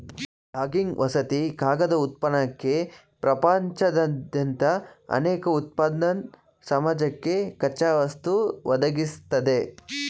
logging ವಸತಿ ಕಾಗದ ಉತ್ಪನ್ನಕ್ಕೆ ಪ್ರಪಂಚದಾದ್ಯಂತ ಅನೇಕ ಉತ್ಪನ್ನದ್ ಸಮಾಜಕ್ಕೆ ಕಚ್ಚಾವಸ್ತು ಒದಗಿಸ್ತದೆ